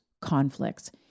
conflicts